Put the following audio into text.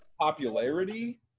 popularity